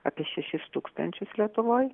apie šešis tūkstančius lietuvoj